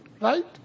right